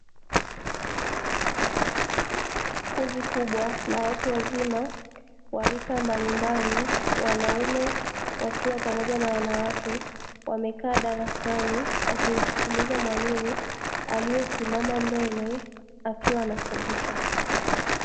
Kundi kubwa la watu wazima wa rika mbalimbali wanaume wakiwa pamoja na wanawake, wamekaa darasani wakimsikiliza mwalimu aliyesimama mbele akiwa anafundisha.